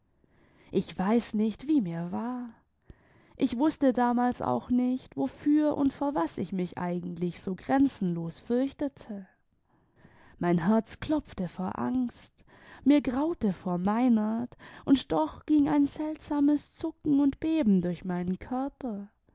ich weiß nicht wie mir war ich wußte damals auch nicht wofür und vor was ich mich eigentlich so grenzenlos fürchtete mein herz klopfte vor angst mir graute vor meinert und doch ging ein seltsames zuoken und beben durch meinen körper